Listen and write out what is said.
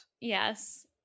Yes